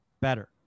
better